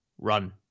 run